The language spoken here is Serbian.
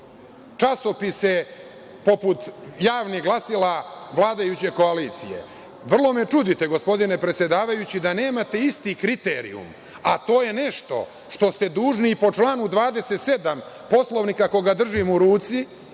časopise poput javnih glasila vladajuće koalicije. Vrlo me čudite gospodine predsedavajući, da nemate isti kriterijum, a to je nešto što ste dužni i po članu 27. Poslovnika koga držim u ruci,